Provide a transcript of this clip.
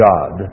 God